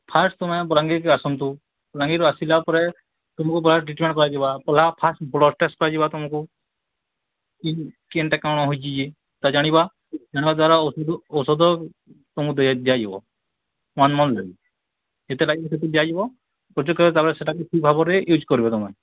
first ତୁମେ ବଲାଙ୍ଗୀର୍ରୁ ଆସନ୍ତୁ ବଲାଙ୍ଗୀର୍ରୁ ଆସିଲା ପରେ ତୁମକୁ ଟ୍ରିଟମେଣ୍ଟ୍ କରାଯିବା ଫାର୍ଷ୍ଟ୍ ବ୍ଲଡ଼୍ ଟେଷ୍ଟ୍ କରାଯିବା ତୁମକୁ କେନ୍ତା କ'ଣ ହେଇଛି କି ତା ଜାଣିବା ଜାଣିବା ଦ୍ଵାରା ଔଷଧ ଔଷଧ ତୁମକୁ ଦିଅ ଦିଆଯିବ ୱାନ୍ ମନ୍ଥ ତା'ପରେ ସେଇଟାକୁ ଠିକ୍ ଭାବରେ ୟୁଜ କର୍ବ ତୁମେ